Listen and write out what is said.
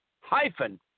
hyphen